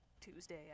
Tuesday